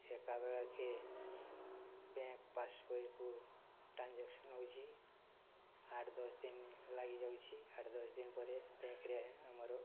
ଏକାବେଳେକେ bank passbook କୁ transaction ହେଉଛ ଆଠ ଦଶ ଦିନ ଲାଗିଯାଉଛି ଆଠ ଦଶ ଦିନ ପରେ ବ୍ୟାଙ୍କରେ ଆମର